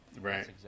right